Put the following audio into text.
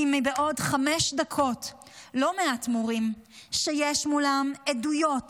כי מעוד חמש דקות לא מעט מורים שיש מולם עדויות